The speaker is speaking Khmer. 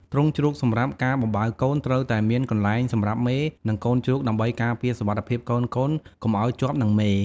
ទ្រុងជ្រូកសម្រាប់ការបំបៅកូន ត្រូវតែមានកន្លែងសម្រាប់មេ និងកូនជ្រូកដើម្បីការពារសុវត្ថិភាពកូនៗកុំឲ្យជាប់នឹងមេ។